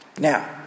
Now